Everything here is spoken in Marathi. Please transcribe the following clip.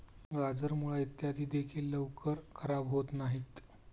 गाजर, मुळा इत्यादी देखील लवकर खराब होत नाहीत